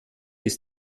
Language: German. ist